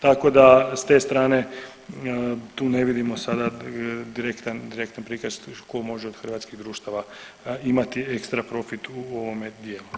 Tako da s te strane tu ne vidimo sada direktan prikaz tko može od hrvatskih društava imati ekstra profit u ovome dijelu.